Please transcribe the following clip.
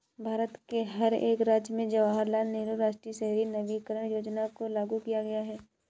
भारत के हर एक राज्य में जवाहरलाल नेहरू राष्ट्रीय शहरी नवीकरण योजना को लागू किया गया है